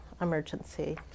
emergency